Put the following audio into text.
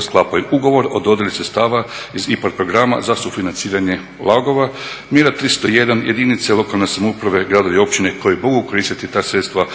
sklapaju ugovor o dodjeli sredstava iz IPA programa za sufinanciranje … Mjera 301 jedinice lokalne samouprave, gradovi i općine koje mogu koristiti ta sredstva